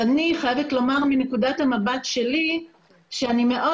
אני חייבת לומר מנקודת המבט שלי שאני מאוד